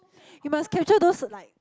you must capture those like